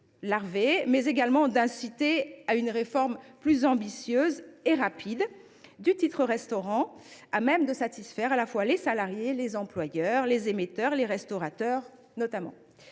larvée, mais également d’inciter à une réforme plus ambitieuse du titre restaurant, à même de satisfaire à la fois les salariés, leurs employeurs et les restaurateurs, notamment.